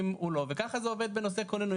הוא לא וככה זה גם עובד במקרים של הכוננויות,